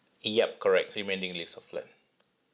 yup correct remaining lease of flat